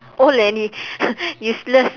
old and you useless